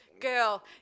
girl